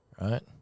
right